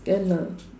can lah